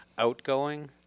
Outgoing